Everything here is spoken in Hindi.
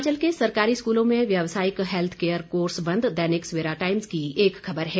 हिमाचल के सरकारी स्कूलों में व्यावसायिक हेत्थ केयर कोर्स बंद दैनिक सवेरा टाइम्स की एक खबर है